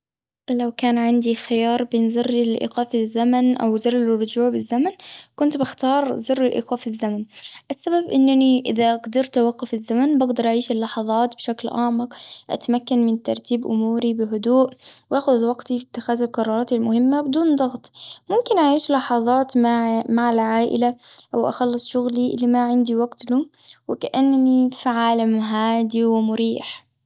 لو كان عندي خيار بين زر الإيقاف الزمن، أو زر الرجوع بالزمن، كنت بختار زر الإيقاف الزمن. السبب إنني إذا قدرت أوقف الزمن، بجدر أعيش اللحظات بشكل أعمق. أتمكن من ترتيب أموري بهدوء، وآخذ وقتي في اتخاذ القرارات المهمة، بدون ضغط. ممكن أعيش لحظات مع- مع العائلة، أو أخلص شغلي، اللي ما عندي وقت له. وكأنني في عالم هادي ومريح.